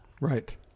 Right